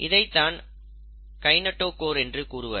இதைத்தான் கைநெட்டோகோர் என்று கூறுவர்